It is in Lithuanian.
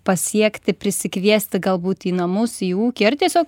pasiekti prisikviesti galbūt į namus į ūkį ar tiesiog